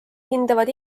hindavad